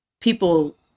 people